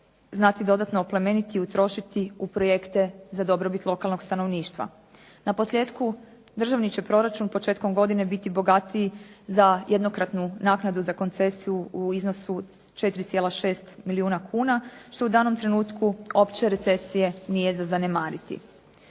znati dodatno oplemeniti i utrošiti u projekte za dobrobit lokalnog stanovništva. Naposljetku državni će proračun početkom godine biti bogatiji za jednokratnu naknadu za koncesiju u iznosu 4,6 milijuna kuna što u danom trenutku opće recesije nije za zanemariti.